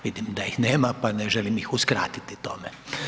Vidim da ih nema pa ne želim ih uskratiti tome.